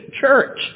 church